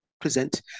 present